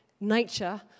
nature